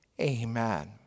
Amen